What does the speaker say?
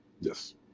Yes